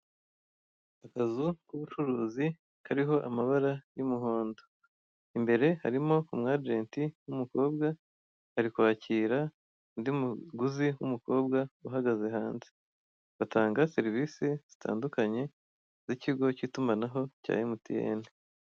Akazu k'ubucurizi kariho amabara y'umuhondo. Imbere harimo umwagenti w'umukobwa, ari kwakira undi muguzi w'umukobwa uhagaze hanze. Batanga serivisi zitandukanye z'ikigo cy'itumanaho cya Emuyiyeni.